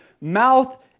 mouth